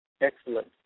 excellent